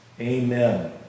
Amen